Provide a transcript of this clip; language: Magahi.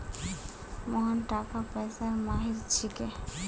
मोहन टाका पैसार माहिर छिके